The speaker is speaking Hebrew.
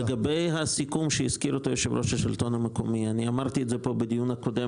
לגבי הסיכום שהזכיר יושב-ראש השלטון המקומי אמרתי פה בדיון הקודם